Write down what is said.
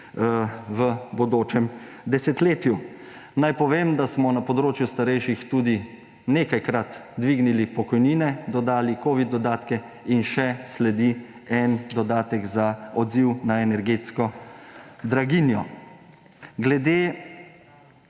v bodočem desetletju. Naj povem, da smo na področju starejših tudi nekajkrat dvignili pokojnine, dodali covid dodatke in še sledi en dodatek za odziv na energetsko draginjo. Glede